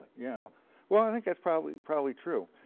yeah well, i think that's probably probably true,